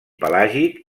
pelàgic